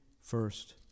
first